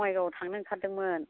बङाइगावआव थांनो ओंखारदोंमोन